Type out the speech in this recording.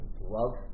love